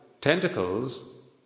tentacles